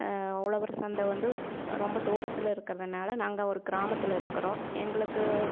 உழவர் சந்தை வந்து ரொம்ப தூரத்தில் ல இருக்கிறதுனால நாங்கள் ஒரு கிராமத்தில் இருக்கிறோம் எங்களுக்கு